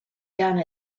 done